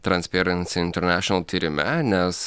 transpieransi internešenal tyrime nes